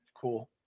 cool